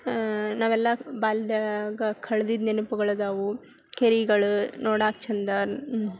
ನಾವೆಲ್ಲ ಬಾಲ್ಯದಾಗ ಕಳ್ದಿದ್ದ ನೆನಪುಗಳಿದಾವು ಕೆರಿಗಳು ನೋಡಾಕೆ ಚಂದ